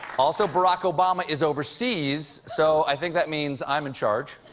also barack obama is overseas. so i think that means i'm in charge.